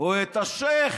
או השייח'